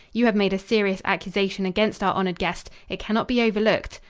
you have made a serious accusation against our honored guest. it cannot be overlooked.